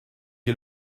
est